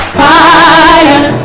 fire